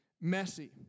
messy